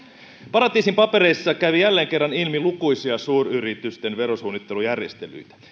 paratiisin papereissa kävi jälleen kerran ilmi lukuisia suuryritysten verosuunnittelujärjestelyitä